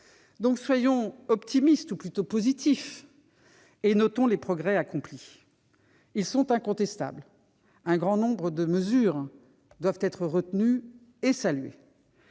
Soyons donc optimistes, ou plutôt positifs, et notons les progrès accomplis ; ils sont incontestables. Un grand nombre de mesures de ce texte doivent être retenues et saluées.